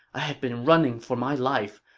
i've been running for my life.